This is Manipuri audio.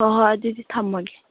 ꯍꯣꯏ ꯍꯣꯏ ꯑꯗꯨꯗꯤ ꯊꯝꯂꯒꯦ